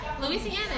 Louisiana